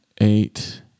eight